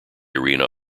arena